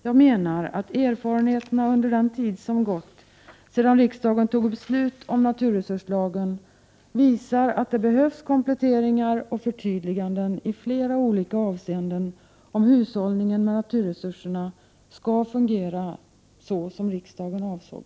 Jag menar att erfarenheterna under den tid som gått sedan riksdagen fattade beslut om NRL visar att det behövs kompletteringar och förtydliganden i flera olika avseenden om hushållningen med naturresurserna skall fungera så som riksdagen avsåg.